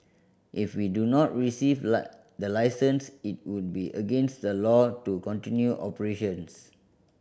if we do not receive the license it would be against the law to continue operations